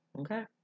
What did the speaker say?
Okay